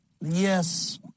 yes